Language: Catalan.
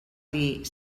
dir